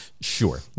Sure